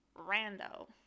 rando